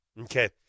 Okay